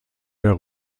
der